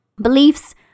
beliefs